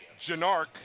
Janark